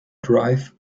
drive